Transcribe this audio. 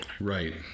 Right